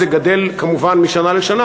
זה גדל כמובן משנה לשנה,